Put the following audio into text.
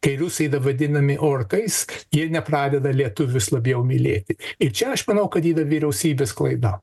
kai rusai yra vadinami orkais jie nepradeda lietuvius labiau mylėti ir čia aš manau kad yra vyriausybės klaida